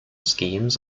schemes